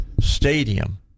Stadium